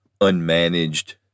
unmanaged